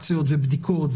אטרקציות ובדיקות,